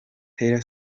taylor